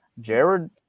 Jared